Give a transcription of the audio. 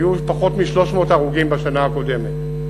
היו פחות מ-300 הרוגים בשנה הקודמת.